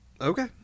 Okay